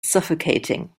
suffocating